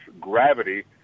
gravity